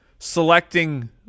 Selecting